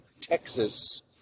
Texas